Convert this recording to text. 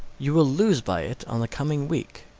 you will lose by it on the coming week.